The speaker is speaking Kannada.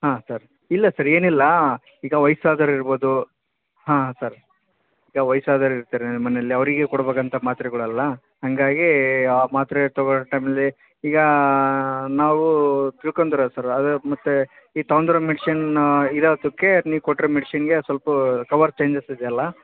ಹಾಂ ಸರ್ ಇಲ್ಲ ಸರ್ ಏನಿಲ್ಲ ಈಗ ವಯ್ಸು ಆದವ್ರು ಇರ್ಬೌದು ಹಾಂ ಸರ್ ಈಗ ವಯ್ಸು ಆದವ್ರು ಇರ್ತಾರೆ ಮನೆಯಲ್ಲಿ ಅವರಿಗೆ ಕೊಡಬೇಕಂತ ಮಾತ್ರೆಗಳಲ್ಲ ಹಂಗಾಗಿ ಆ ಮಾತ್ರೆ ತಗೋಳ್ಳೋ ಟೈಮಲ್ಲಿ ಈಗ ನಾವು ತಿಳ್ಕೊಂಡಿರೋ ಸರ್ ಅದೇ ಮತ್ತು ಈಗ ತಗೊಂಡಿರೋ ಮೆಡಿಷನ್ ಇದು ಆಗ್ತುಕ್ಕೆ ನೀವು ಕೊಟ್ಟಿರೋ ಮೆಡಿಷನ್ಗೆ ಅದು ಸ್ವಲ್ಪ ಕವರ್ ಚೇಂಜಸ್ ಇದೆ ಅಲ್ಲ